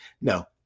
no